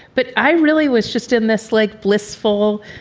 but i really was just in this, like, blissful.